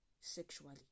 sexually